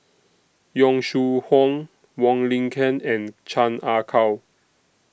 Yong Shu Hoong Wong Lin Ken and Chan Ah Kow